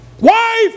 wife